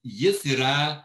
jis yra